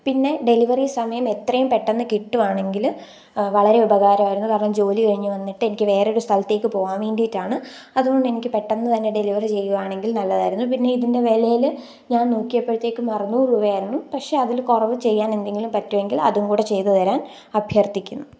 പിന്നെ ഡെലിവറി സമയം എത്രയും പെട്ടെന്ന് കിട്ടുകയാണെങ്കിൽ വളരെ ഉപകാരമായിരുന്നു കാരണം ജോലി കഴിഞ്ഞു വന്നിട്ട് എനിക്ക് വേറെ ഒരു സ്ഥലത്തേക്ക് പോകാൻ വേണ്ടിയിട്ടാണ് അതുകൊണ്ട് എനിക്ക് പെട്ടെന്ന് തന്നെ ഡെലിവറി ചെയ്യുകയാണെങ്കിൽ നല്ലതായിരുന്നു പിന്നെ ഇതിന്റെ വിലയിൽ ഞാൻ നോക്കിയപ്പോഴത്തേക്കും അറുനൂറ് രൂപ ആയിരുന്നു പക്ഷേ അതിൽ കുറവ് ചെയ്യാൻ എന്തെങ്കിലും പറ്റുമെങ്കിൽ അതും കൂടെ ചെയ്തു തരാൻ അഭ്യർത്ഥിക്കുന്നു